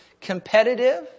competitive